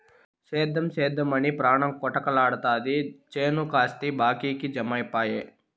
సేద్దెం సేద్దెమని పాణం కొటకలాడతాది చేను కాస్త బాకీకి జమైపాయె